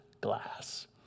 glass